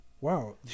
Wow